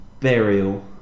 burial